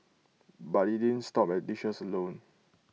but IT didn't stop at dishes alone